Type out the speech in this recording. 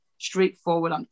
straightforward